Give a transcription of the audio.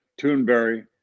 Toonberry